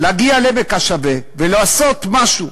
להגיע לעמק השווה ולעשות משהו.